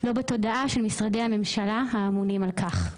לא בתודעה של משרדי הממשלה האמונים על כך.